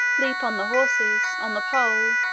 leap on the horses, on the pole,